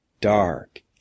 dark